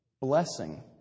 blessing